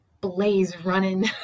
blaze-running